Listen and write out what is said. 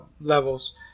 levels